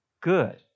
good